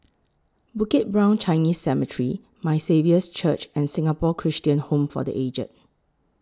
Bukit Brown Chinese Cemetery My Saviour's Church and Singapore Christian Home For The Aged